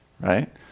right